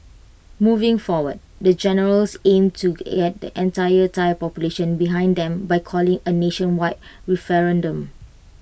moving forward the generals aim to get the entire Thai population behind them by calling A nationwide referendum